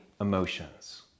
emotions